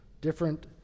different